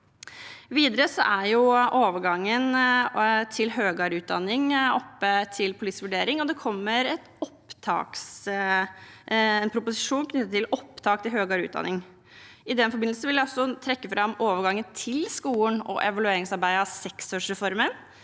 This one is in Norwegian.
Videre er overgangen til høyere utdanning oppe til politisk vurdering, og det kommer en proposisjon knyttet til opptak til høyere utdanning. I den forbindelse vil jeg også trekke fram overgangen til skolen og evalueringsarbeidet av seksårsreformen.